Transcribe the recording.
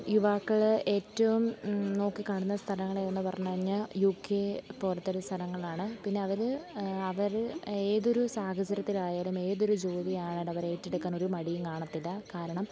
യുവാക്കൾ ഏറ്റവും നോക്കി കാണുന്ന സ്ഥലങ്ങളേതെന്നു പറഞ്ഞു കഴിഞ്ഞാൽ യൂ കെ പോലത്തൊരു സ്ഥലങ്ങളാണ് പിന്നെ അവർ അവർ ഏതൊരു സാഹചര്യത്തിലായാലും ഏതൊരു ജോലി ആയാലും അവരേറ്റെടുക്കാൻ ഒരു മടിയും കാണത്തില്ല കാരണം